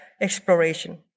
exploration